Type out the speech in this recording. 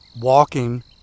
walking